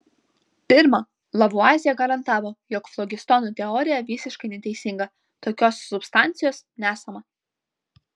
pirma lavuazjė garantavo jog flogistono teorija visiškai neteisinga tokios substancijos nesama